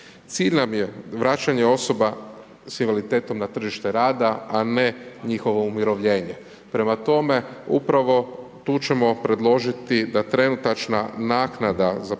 Cilj nam je vraćanje osoba sa invaliditetom na tržište rada a ne njihovo umirovljenje. Prema tome, upravo tu ćemo predložiti da trenutačna naknada za